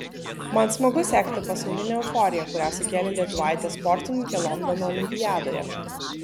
man smagu sekti pasaulinę euforiją kurią sukėlė lietuvaitė sportininkė londono olimpiadoje